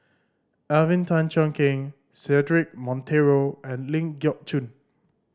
Alvin Tan Cheong Kheng Cedric Monteiro and Ling Geok Choon